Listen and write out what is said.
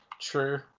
True